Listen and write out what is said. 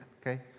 okay